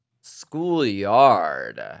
Schoolyard